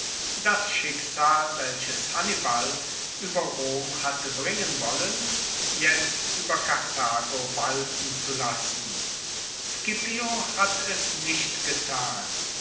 das schicksal welches hannibal ueber rom hatte bringen wollen jetzt ueber karthago walten zu lassen scipio hat es nicht getan